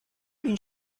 une